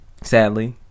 Sadly